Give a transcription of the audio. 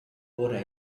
ora